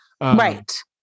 Right